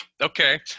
Okay